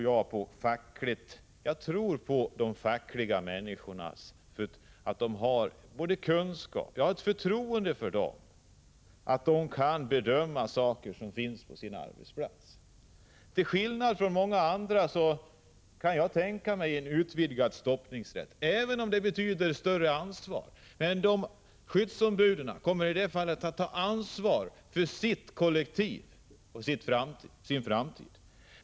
Jag har ett förtroende för människorna inom facket och för deras kunskaper. De kan bedöma saker som finns på deras arbetsplatser. Till skillnad från många andra kan jag tänka mig en utvidgad stoppningsrätt, även om det betyder större ansvar. Skyddsombuden kommer i det fallet att ta ansvar för sitt kollektiv och sin framtid.